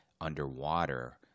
underwater